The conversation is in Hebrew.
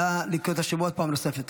נא לקרוא את השמות פעם נוספת.